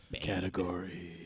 category